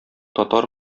татар